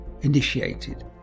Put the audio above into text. initiated